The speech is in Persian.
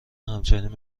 همچنین